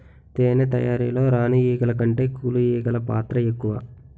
తేనె తయారీలో రాణి ఈగల కంటే కూలి ఈగలు పాత్ర ఎక్కువ